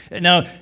Now